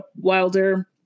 Wilder